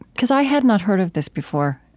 because i had not heard of this before